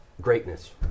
greatness